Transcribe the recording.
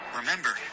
remember